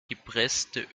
gepresste